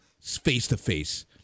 face-to-face